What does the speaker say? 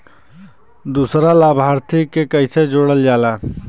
दूसरा लाभार्थी के कैसे जोड़ल जाला?